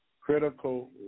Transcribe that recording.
Critical